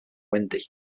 wendy